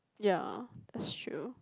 ya it's true